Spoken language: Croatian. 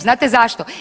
Znate zašto?